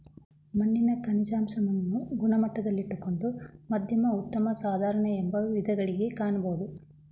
ಮಣ್ಣಿನ ಖನಿಜಾಂಶಗಳನ್ನು ಗಮನದಲ್ಲಿಟ್ಟುಕೊಂಡು ಮಧ್ಯಮ ಉತ್ತಮ ಸಾಧಾರಣ ಎಂಬ ವಿಧಗಳಗಿ ಕಾಣಬೋದು